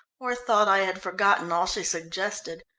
or thought i had forgotten all she suggested.